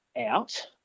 out